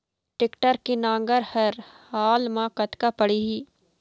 Tractor के नांगर हर हाल मा कतका पड़िही?